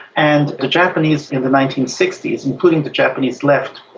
and the japanese in the nineteen sixty s, including the japanese left,